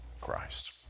Christ